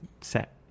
set